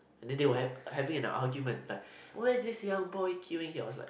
then they were have having an argument like why is this young boy queueing here I was like